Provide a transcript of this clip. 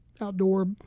outdoor